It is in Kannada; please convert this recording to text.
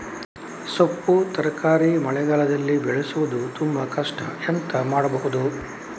ಸೊಪ್ಪು ತರಕಾರಿ ಮಳೆಗಾಲದಲ್ಲಿ ಬೆಳೆಸುವುದು ತುಂಬಾ ಕಷ್ಟ ಎಂತ ಮಾಡಬಹುದು?